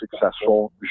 successful